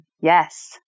Yes